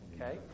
Okay